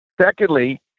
Secondly